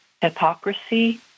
hypocrisy